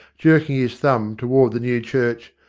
jerking his thumb toward the new church.